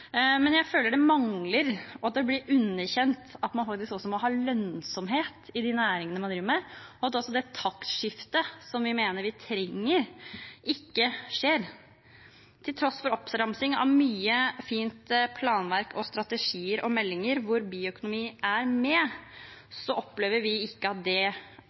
men jeg føler det mangler og blir underkjent at man faktisk også må ha lønnsomhet i næringene man driver med, og at det taktskiftet vi mener vi trenger, ikke skjer. Til tross for oppramsing av mye fint planverk, strategier og meldinger hvor bioøkonomi er med, opplever vi ikke at det